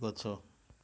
ଗଛ